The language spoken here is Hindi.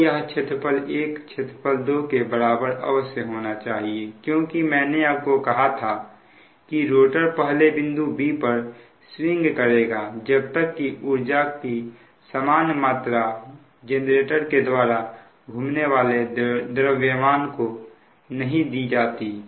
और यह क्षेत्रफल 1 क्षेत्रफल 2 के बराबर अवश्य होना चाहिए क्योंकि मैंने आपको कहा था की रोटर पहले बिंदु b पर स्विंग करेगा जब तक कि उर्जा की समान मात्रा जेनरेटर के द्वारा घूमने वाले द्रव्यमान को नहीं दी जाती